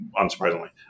unsurprisingly